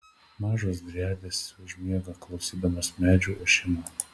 mažos driadės užmiega klausydamos medžių ošimo